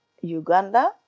Uganda